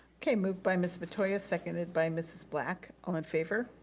okay, moved by ms. metoyer, seconded by mrs. black. all in favor?